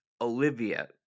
Olivia